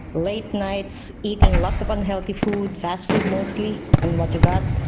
late nights, eating lots of unhealthy food, fast food mostly and what you've got?